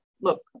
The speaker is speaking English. look